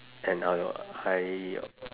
and uh I